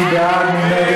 מי בעד?